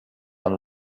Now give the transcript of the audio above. sun